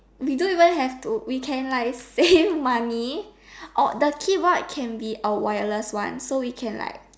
we don't even have to we can like save money or the keyboard can be a wireless one so we can like